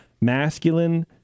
masculine